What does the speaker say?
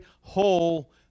whole